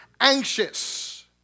anxious